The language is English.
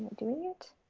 doing it.